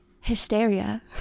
hysteria